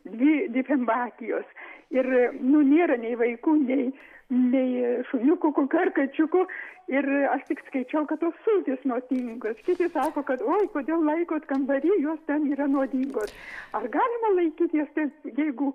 dvi difenbakijos ir nu nėra nei vaikų nei nei šuniukų kokių ar kačiukų ir aš tik skaičiau kad jis nuotingas kiti sako kad oi kodėl laikot kambary jos ten yra nuodingos ar galima laikyt jas ties jeigu